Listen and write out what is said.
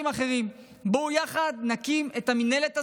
אחרים: בואו יחד נקים את המינהלת הזאת.